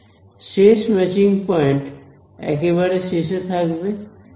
শেষ matching point একেবারে শেষে থাকবে